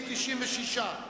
ל-2009.